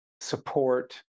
support